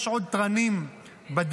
יש עוד תרנים בדרך,